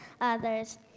others